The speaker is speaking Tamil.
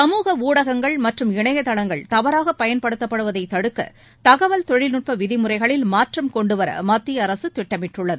சமூக ஊடகங்கள் மற்றும் இணையதளங்கள் தவறாக பயன்படுத்தப்படுவதை தடுக்க தகவல் தொழில்நுட்ப விதிமுறைகளில் மாற்றம் கொண்டுவர மத்திய அரசு திட்டமிட்டுள்ளது